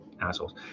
assholes